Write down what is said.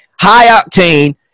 high-octane